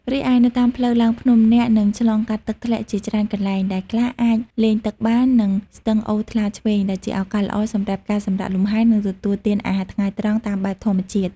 រីឯនៅតាមផ្លូវឡើងភ្នំ អ្នកនឹងឆ្លងកាត់ទឹកធ្លាក់ជាច្រើនកន្លែង ដែលខ្លះអាចលេងទឹកបាន និងស្ទឹងអូរថ្លាឈ្វេង ដែលជាឱកាសល្អសម្រាប់ការសម្រាកលំហែ និងទទួលទានអាហារថ្ងៃត្រង់តាមបែបធម្មជាតិ។